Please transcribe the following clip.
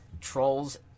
trolls